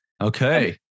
okay